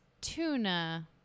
tuna